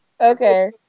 Okay